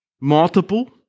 multiple